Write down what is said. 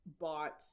bought